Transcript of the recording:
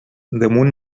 damunt